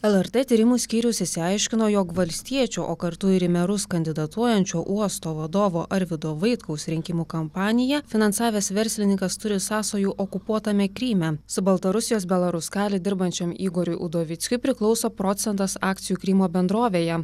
lrt tyrimų skyrius išsiaiškino jog valstiečių o kartu ir į merus kandidatuojančio uosto vadovo arvydo vaitkaus rinkimų kampaniją finansavęs verslininkas turi sąsajų okupuotame kryme su baltarusijos belaruskali dirbančiam igoriui udovickiui priklauso procentas akcijų krymo bendrovėje